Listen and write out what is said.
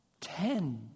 Ten